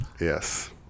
Yes